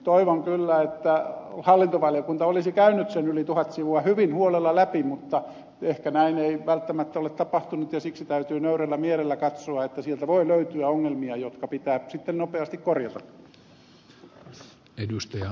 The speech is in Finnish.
toivon kyllä että hallintovaliokunta olisi käynyt sen yli tuhat sivua hyvin huolella läpi mutta ehkä näin ei välttämättä ole tapahtunut ja siksi täytyy nöyrällä mielellä katsoa että sieltä voi löytyä ongelmia jotka pitää sitten nopeasti korjata